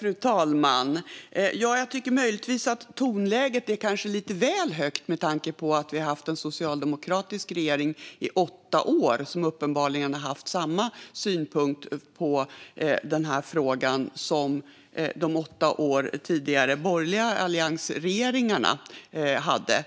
Fru talman! Jag tycker möjligtvis att tonläget är lite väl högt med tanke på att vi har haft en socialdemokratisk regering i åtta år, som uppenbarligen har haft samma syn på frågan som de tidigare borgerliga alliansregeringarna under åtta år hade.